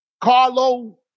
Carlo